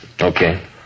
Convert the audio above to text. Okay